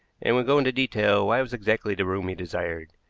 and would go into details why it was exactly the room he desired.